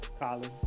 Colin